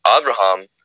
Abraham